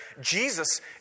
Jesus